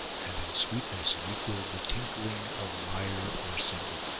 and in sweetness it equalled the tinkling of lyre or cymbal.